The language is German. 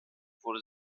wurde